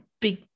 big